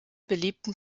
beliebten